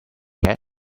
cat